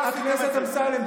חבר הכנסת אמסלם,